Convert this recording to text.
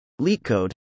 LeetCode